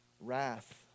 wrath